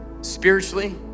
spiritually